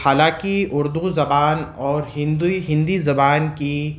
حالانکہ اردو زبان اور ہندوی ہندی زبان کی